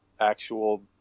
actual